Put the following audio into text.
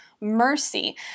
mercy